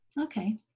Okay